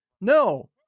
no